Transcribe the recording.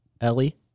Ellie